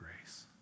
grace